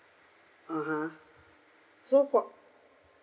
(uh huh) so hua~